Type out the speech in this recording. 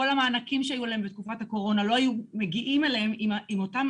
כל המענקים שהיו להם בתקופת הקורונה לא היו מגיעים אליהם אם אותם